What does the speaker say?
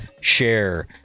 share